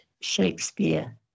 Shakespeare